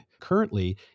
Currently